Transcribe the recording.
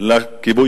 את כל 120 חברי